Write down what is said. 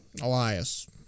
Elias